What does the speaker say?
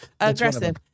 aggressive